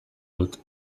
dut